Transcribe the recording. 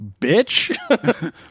bitch